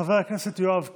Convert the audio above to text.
חבר הכנסת יואב קיש,